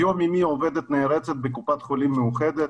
היום אמי עובדת נערצת בקופת חולים מאוחדת,